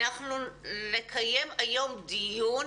כאמור, אנחנו נקיים היום דיון.